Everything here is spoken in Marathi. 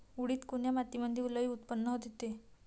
उडीद कोन्या मातीमंदी लई उत्पन्न देते?